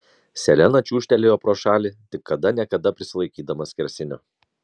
selena čiūžtelėjo pro šalį tik kada ne kada prisilaikydama skersinio